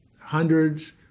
hundreds